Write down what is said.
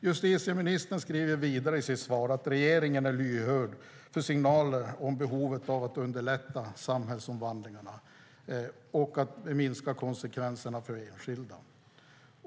Justitieministern säger vidare i sitt svar att "regeringen är lyhörd för signaler om behovet av att underlätta samhällsomvandlingarna och att minska konsekvenserna för enskilda".